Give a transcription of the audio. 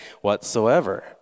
whatsoever